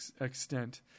extent